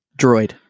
Droid